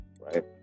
right